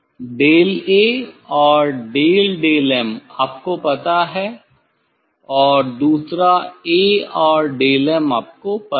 डेलA और डेलडेलm आपको पता है और दूसरा 'A'और डेलm आपको पता है